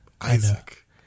Isaac